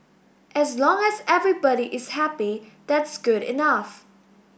as long as everybody is happy that's good enough